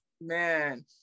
Man